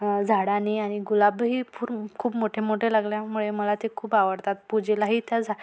झाडांनी आणि गुलाबही पूर खूप मोठे मोठे लागल्यामुळे मला ते खूप आवडतात पूजेलाही त्या झा